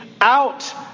out